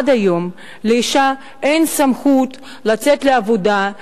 עד היום לאשה אין סמכות לצאת לעבודה,